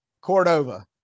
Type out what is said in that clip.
cordova